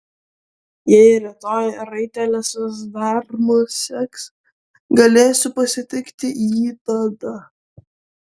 jei rytoj raitelis vis dar mus seks galėsiu pasitikti jį tada